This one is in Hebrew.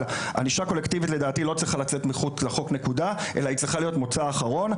אבל ענישה קוטלקטיבית צריכה להיות מוצא אחרון.